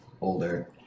older